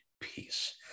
peace